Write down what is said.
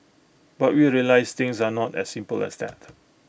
but we realised things are not as simple as that